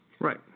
Right